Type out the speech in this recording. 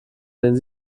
sehen